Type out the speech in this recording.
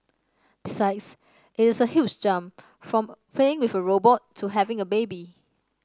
besides it is a huge jump from playing with a robot to having a baby